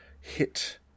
hit